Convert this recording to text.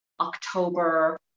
October